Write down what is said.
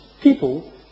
People